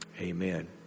Amen